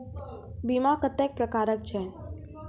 बीमा कत्तेक प्रकारक छै?